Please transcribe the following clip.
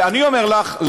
אני אומר לך,